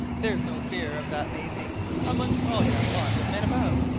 there's no fear of that, maisie amongst all yon lot of men above.